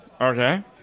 Okay